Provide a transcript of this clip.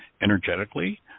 energetically